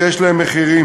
ויש להם מחירים.